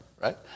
right